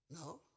No